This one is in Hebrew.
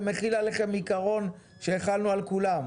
זה מחיל עליכם עקרון שהחלנו על כולם.